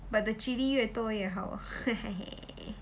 but the chilli 越多越好嘿嘿嘿